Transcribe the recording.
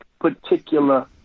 particular